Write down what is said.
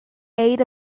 aid